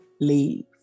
Leave